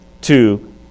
two